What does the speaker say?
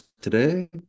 today